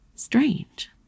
strange